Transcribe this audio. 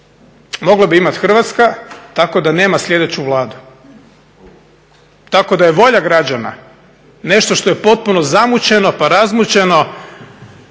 Mogla bi imati Hrvatska tako da nema sljedeću Vladu, tako da je volja građana nešto što je potpuno zamučeno pa razmučeno